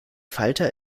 falter